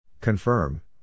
Confirm